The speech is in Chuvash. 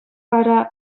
вара